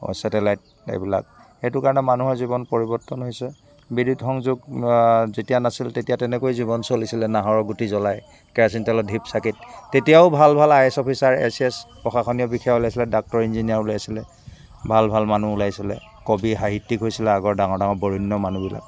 satellite এইবিলাক সেইটো কাৰণে মানুহৰ জীৱন পৰিবৰ্তন হৈছে বিদ্যুৎ সংযোগ যেতিয়া নাছিল তেতিয়া তেনেকৈ জীৱন চলিছিলে নাহৰ গুটি জলাই কেৰাচিন তেলৰ ঢিপচাকিত তেতিয়াও ভাল ভাল I S officer A C S প্ৰাশাসনীয় বিষয়া ওলাইছিলে ডাক্টৰ ইঞ্জিনিয়াৰ ওলাইছিলে ভাল ভাল মানুহ ওলাইছিলে কবি সাহিত্যিক হৈছিলে আগৰ ডাঙৰ ডাঙৰ বৰেণ্য মানুহবিলাক